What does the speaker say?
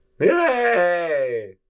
Yay